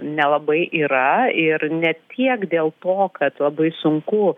nelabai yra ir ne tiek dėl to kad labai sunku